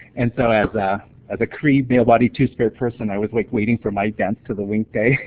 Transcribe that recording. and so as ah as a cree male-bodied two-spirit person i was like waiting for my dance to the winkta.